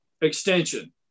Extension